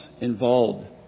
involved